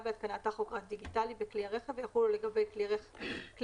בהתקנת טכוגרף דיגיטלי בכלי הרכב ויחולו לגבי כלי הרכב,